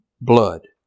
blood